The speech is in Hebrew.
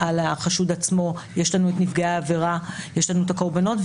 על החשוד עצמו יש לנו את נפגעי העבירה ואת הקורבנות.